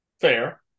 fair